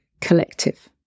collective